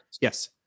Yes